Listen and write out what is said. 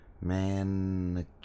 man